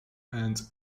and